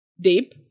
deep